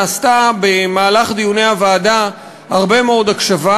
במהלך דיוני הוועדה הרבה מאוד הקשבה,